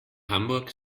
hamburg